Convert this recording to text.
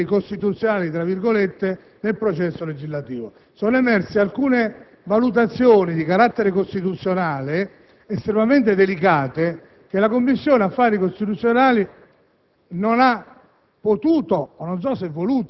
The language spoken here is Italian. l'intervento degli organi costituzionali nel processo legislativo. Sono emerse alcune valutazioni di carattere costituzionale estremamente delicate che la Commissione affari costituzionali